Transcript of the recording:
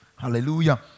Hallelujah